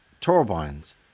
turbines